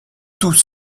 tous